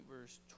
verse